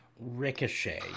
Ricochet